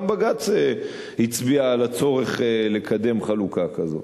גם בג"ץ הצביע על הצורך לקדם חלוקה כזאת.